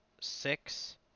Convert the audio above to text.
six